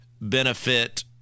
benefit